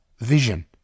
vision